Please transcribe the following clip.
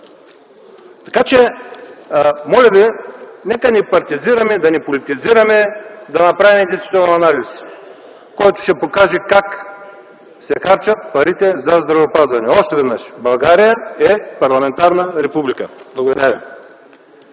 бюджет. Моля Ви, нека не партизираме, да не политизираме, а да направим действително анализ, който ще покаже как се харчат парите за здравеопазване. Още веднъж: България е парламентарна република! Благодаря